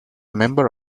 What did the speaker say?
member